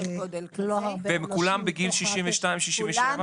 והם כולם בגיל 62, 67?